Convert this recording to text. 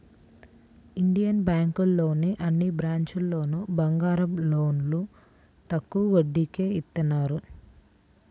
Indian బ్యేంకులోని అన్ని బ్రాంచీల్లోనూ బంగారం లోన్లు తక్కువ వడ్డీకే ఇత్తన్నారు